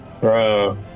Bro